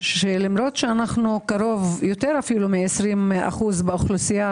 שלמרות שאנו קרוב יותר אפילו מ-20% באוכלוסייה,